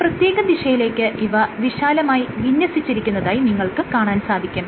ഒരു പ്രത്യേക ദിശയിലേക്ക് ഇവ വിശാലമായി വിന്യസിച്ചിരിക്കുന്നതായി നിങ്ങൾക്ക് കാണാൻ സാധിക്കും